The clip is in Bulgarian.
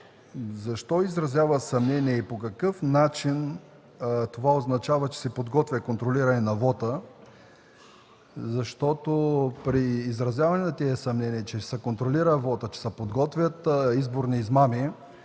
защо изразявате съмнение и по какъв начин това означава, че се подготвя контролиране на вота? При изразяване на тези съмнения, че ще се контролира вотът, че се подготвят изборни измами,